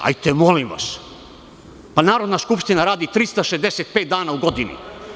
Hajdete molim vas, pa Narodna skupština radi 365 dana u godini.